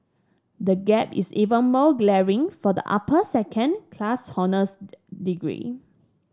the gap is even more glaring for the upper second class honours degree